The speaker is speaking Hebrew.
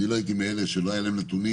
אני לא הייתי מאלה שלא היה להם נתונים,